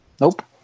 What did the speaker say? Nope